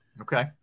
Okay